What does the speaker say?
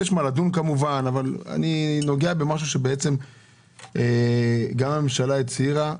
יש מה לדון, אני נוגע במה שהממשלה הצהירה: